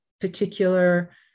particular